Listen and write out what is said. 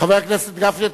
חבר הכנסת גפני,